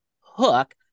hook